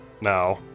now